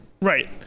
Right